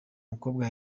mukobwa